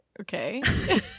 Okay